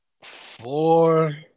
four